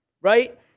Right